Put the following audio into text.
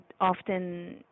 often